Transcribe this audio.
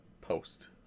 Post